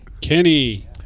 Kenny